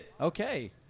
Okay